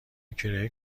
کرایه